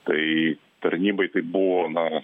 tai tarnybai tai buvo na